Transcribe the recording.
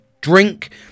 drink